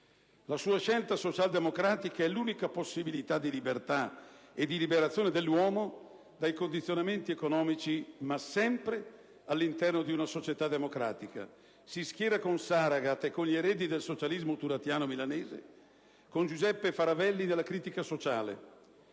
La sua scelta socialdemocratica è l'unica possibilità di libertà e di liberazione dell'uomo dai condizionamenti economici, ma sempre all'interno di una società democratica. Si schiera con Saragat e con gli eredi del socialismo turatiano milanese, con Giuseppe Faravelli di «Critica Sociale».